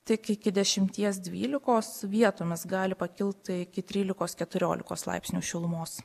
tik iki dešimties dvylikos vietomis gali pakilti iki trylikos keturiolikos laipsnių šilumos